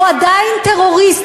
הוא עדיין טרוריסט,